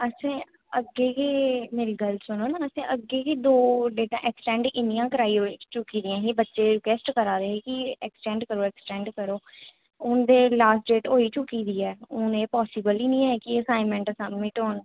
असें अग्गें गै मेरी गल्ल सुनो ना ते अग्गें गै दो डेटां ऐक्सटेंड कराई चुकी दियां हे बच्चे रिक्वेस्ट करै दे हे कि ऐक्सटेंड करो ऐक्सटेंड करो हून ते लास्ट डेट होई चुकी दी ऐ हून एह् पासीबल नी ऐ कि आसाइनमेंटां सबमिट होन